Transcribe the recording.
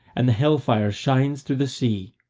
and hell-fire shines through the sea,